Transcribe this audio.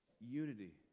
unity